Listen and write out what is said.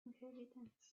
inhabitants